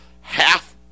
half